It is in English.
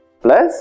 plus